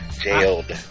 Jailed